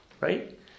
Right